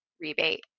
rebate